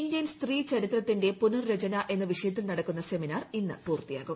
Indian സ്ത്രീചരിത്രത്തിന്റെ പുനർരചന എന്ന വിഷയത്തിൽ നടക്കുന്ന സെമിനാർ ഇന്ന് പൂർത്തിയാവും